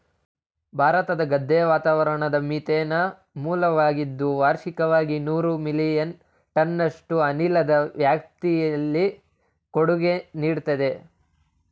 ಭತ್ತದ ಗದ್ದೆ ವಾತಾವರಣದ ಮೀಥೇನ್ನ ಮೂಲವಾಗಿದ್ದು ವಾರ್ಷಿಕವಾಗಿ ನೂರು ಮಿಲಿಯನ್ ಟನ್ನಷ್ಟು ಅನಿಲದ ವ್ಯಾಪ್ತಿಲಿ ಕೊಡುಗೆ ನೀಡ್ತದೆ